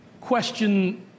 question